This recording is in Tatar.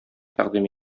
тәкъдим